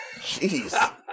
Jeez